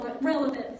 relevance